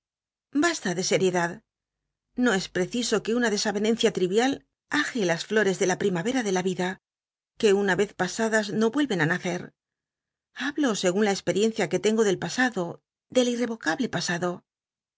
basta de seriedad no es preciso que una desayenencia trivial aje las llores de la ptimavera de la y ida que una vez pasadas no vuelven á nacer hablo seglm la expel'iencia que tengo del pasado del irtevocable pasado